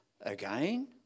again